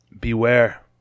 beware